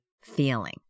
feeling